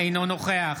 אינו נוכח